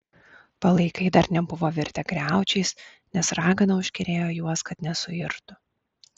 palaikai dar nebuvo virtę griaučiais nes ragana užkerėjo juos kad nesuirtų